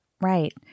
right